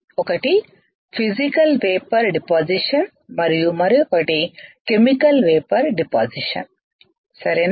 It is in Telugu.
ఒకటి ఫిసికల్ వేపర్ డిపాసిషన్ మరియు మరొకటి కెమికల్ వేపర్ డిపాసిషన్ సరేనా